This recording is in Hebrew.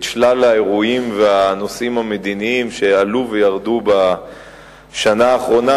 שלל האירועים והנושאים המדיניים שעלו וירדו בשנה האחרונה,